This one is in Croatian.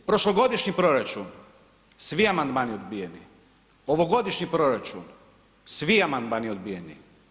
Prošlogodišnji proračun, svi amandmani odbijeni, ovogodišnji proračun svi amandmani odbijeni.